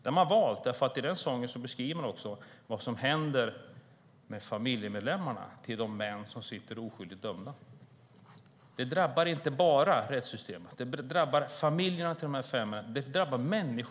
Detta har man valt därför att man i denna sång också beskriver vad som händer med familjemedlemmarna till de män som sitter oskyldigt dömda. Detta drabbar inte bara rättssystemet. Det drabbar familjerna till de fem männen.